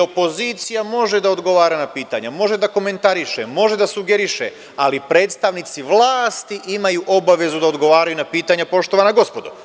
Opozicija može da odgovara na pitanja, može da komentariše, može da sugeriše, ali predstavnici vlasti imaju obavezu da odgovaraju na pitanja poštovana gospodo.